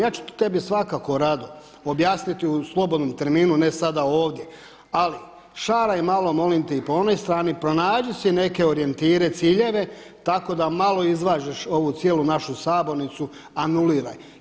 Ja ću to sebi svakako rado objasniti u slobodnom terminu ne sada ovdje, ali šaraj malo molim te i po onoj strani, pronađi si neke orijentire, ciljeve tako da malo izvažeš ovu cijelu našu sabornicu anuliraj.